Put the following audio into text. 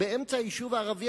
באמצע היישוב הערבי,